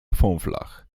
fąflach